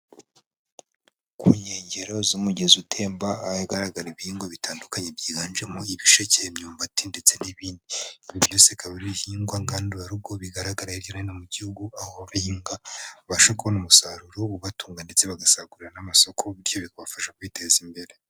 Ku nkengero z'umugezi utemba ahagaragara ibihingwa bitandukanye byiganjemo ibisheke, imyumbati, ndetse n'ibindi. Ibi byose bikaba ari ibihingwa ngandurarugo bigaragarira hirya hino mu gihugu, aho bihinga babasha kubona umusaruro ubatunga ndetse bagasagurira n'amasoko, bityo bikabafasha kwiteza imbere.